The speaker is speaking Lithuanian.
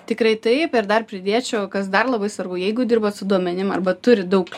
tikrai taip ir dar pridėčiau kas dar labai svarbu jeigu dirbat su duomenim arba turit daug